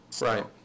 Right